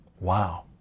wow